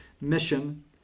mission